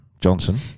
Johnson